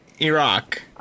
Iraq